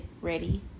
ready